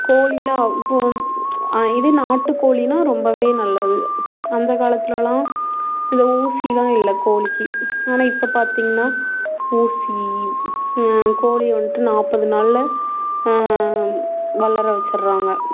கோழிலாம் இப்போ இதே நாட்டு கோழின்னா ரொம்ப நல்லது அந்த காலத்திலலாம் இந்த ஊசிலாம் இல்லை கோழிக்கு ஆனால் இப்போ பார்த்திங்கன்னா ஊசி கோழிய வந்துட்டு நாற்பது நாளில் வளர வெச்சிட்றாங்க